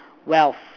wealth